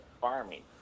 farming